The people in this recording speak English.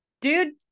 Dude